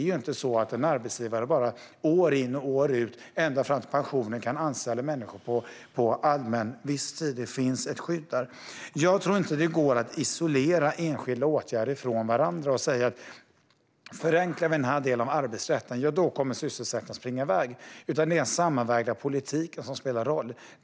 En arbetsgivare kan inte år in och år ut anställa människor på allmän visstid ända fram till pensionen. Det finns ett skydd mot det. Jag tror inte att det går att isolera enskilda åtgärder från varandra och säga att om vi förenklar den här delen av arbetsrätten kommer sysselsättningen att springa iväg, utan det är den sammanvägda politiken som spelar roll.